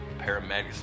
Paramedics